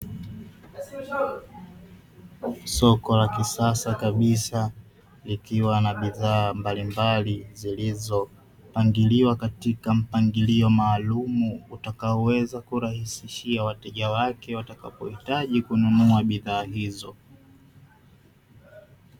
Soko la kisasa kabisa likiwa na bidhaa mbalimbali zilizopangiliwa katika mpangilio maalumu utakaoweza kurahisishia wateja wake watakapohitaji kununua bidhaa hizo.